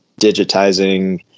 digitizing